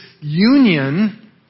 union